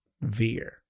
veer